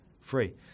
free